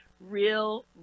real